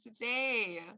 today